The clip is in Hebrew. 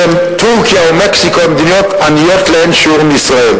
שטורקיה ומקסיקו הן מדינות עניות לאין שיעור מישראל,